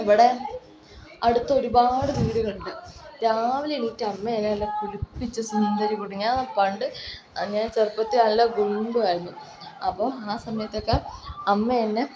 ഇവിടെ അടുത്ത് ഒരുപാട് വീടുകളുണ്ട് രാവിലെ എണീറ്റ് അമ്മയെന്നെ ഒന്ന് കുളിപ്പിച്ച് സുന്ദരി കുട്ടി ഞാൻ പണ്ട് ഞാൻ ചെറുപ്പത്തിൽ നല്ല ഗുണ്ടു ആയിരുന്നു അപ്പോൾ ആ സമയത്തൊക്കെ അമ്മയെന്നെ